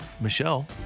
Michelle